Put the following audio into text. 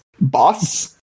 boss